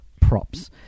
props